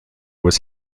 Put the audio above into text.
was